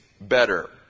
better